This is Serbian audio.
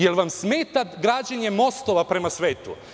Jel vam smeta građenje mostova prema svetu?